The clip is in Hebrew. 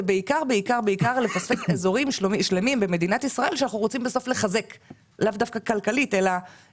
ולפספס אזורים שלמים שאנחנו רוצים לחזק לאו דווקא כלכלית אלא